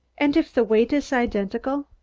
and if the weight is identical?